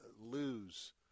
lose